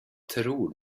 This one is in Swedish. tror